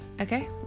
Okay